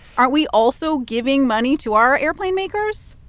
aren't we also giving money to our airplane makers?